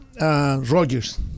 Rodgers